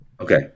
Okay